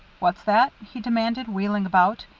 what's that? he demanded, wheeling about.